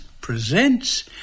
presents